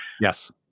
Yes